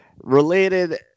related